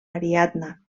ariadna